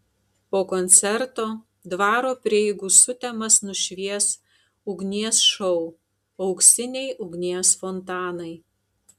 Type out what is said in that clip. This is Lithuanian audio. po koncerto dvaro prieigų sutemas nušvies ugnies šou auksiniai ugnies fontanai